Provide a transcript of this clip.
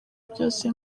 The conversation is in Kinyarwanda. byose